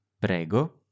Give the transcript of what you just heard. Prego